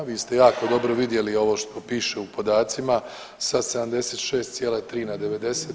Vi ste jako dobro vidjeli ovo što piše u podacima sa 67,3 na 90.